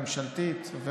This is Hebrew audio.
הממשלתית,